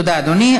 תודה, אדוני.